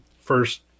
first